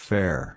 Fair